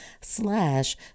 slash